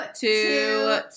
two